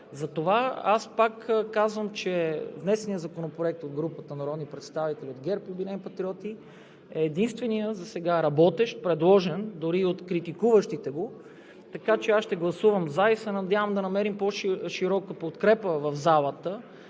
Затова казвам, че внесеният законопроект от народните представители от ГЕРБ и „Обединени патриоти“ е единственият засега работещ, предложен дори от критикуващите го, така че ще гласувам „за“. Надявам се да намерим по-широка подкрепа в залата,